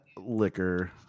Liquor